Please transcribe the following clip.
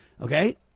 Okay